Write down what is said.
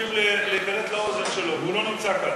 צריכים להיכנס לאוזנו והוא לא נמצא כאן.